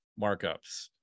markups